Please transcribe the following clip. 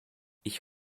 ich